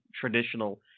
traditional